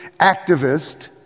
activist